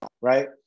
right